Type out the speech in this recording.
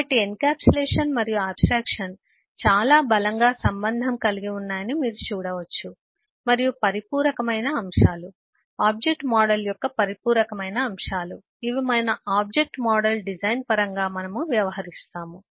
కాబట్టి ఎన్క్యాప్సులేషన్ మరియు ఆబ్స్ట్రాక్షన్ చాలా బలంగా సంబంధం కలిగి ఉన్నాయని మీరు చూడవచ్చు మరియు పరిపూరకరమైన అంశాలు ఆబ్జెక్ట్ మోడల్ యొక్క పరిపూరకరమైన అంశాలు ఇవి మన ఆబ్జెక్ట్ మోడల్ డిజైన్ పరంగా మనము వ్యవహరిస్తాము